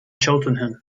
cheltenham